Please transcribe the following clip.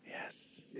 Yes